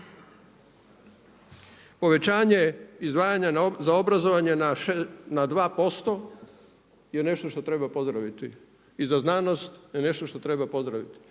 Povećanje izdvajanja za obrazovanje na 2% je nešto što treba pozdraviti i za znanost je nešto što treba pozdraviti.